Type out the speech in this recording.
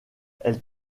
elle